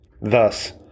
Thus